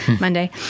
Monday